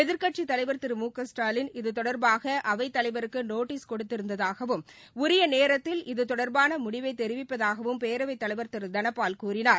எதிர்க்கட்சித் தலைவர் திரு மு க ஸ்டாலின் இது தொடர்பாக அவைத்தலைவருக்கு நோட்டஸ் கொடுத்திருந்ததாகவும் உரிய நேரத்தில் இது தொடர்பான முடிவை தெரிவிப்பதாகவும் பேரவைத்தலைவர் திரு தனபால் கூறினார்